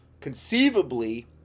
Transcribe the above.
conceivably